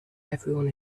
everyone